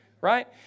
right